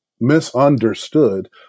misunderstood